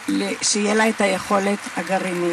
חגיגית לישראל,